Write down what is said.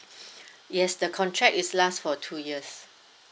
yes the contract is last for two years